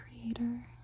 creator